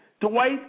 Dwight